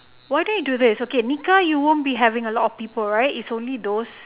why don't you do this okay nikah you won't be having a lot of people right it's only those